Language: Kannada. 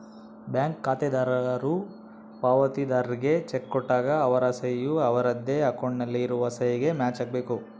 ಬ್ಯಾಂಕ್ ಖಾತೆದಾರರು ಪಾವತಿದಾರ್ರಿಗೆ ಚೆಕ್ ಕೊಟ್ಟಾಗ ಅವರ ಸಹಿ ಯು ಅವರದ್ದೇ ಅಕೌಂಟ್ ನಲ್ಲಿ ಇರುವ ಸಹಿಗೆ ಮ್ಯಾಚ್ ಆಗಬೇಕು